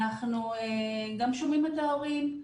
אנחנו גם שומעים את ההורים.